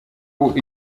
ubu